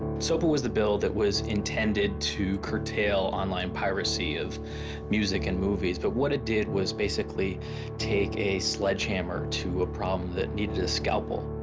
sopa was the bill that was intended to curtail online piracy of music and movies, but what it did was basically take a sledge hammer to a problem that needed a scalpel.